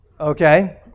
Okay